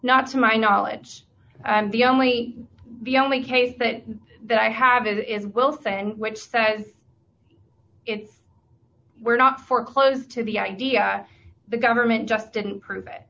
not to my knowledge and the only the only case that that i have it in will say and which says it's were not for close to the idea the government just didn't prove it